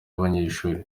abanyeshuri